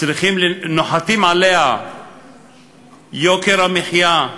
נוחת עליה יוקר המחיה,